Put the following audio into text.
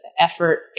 effort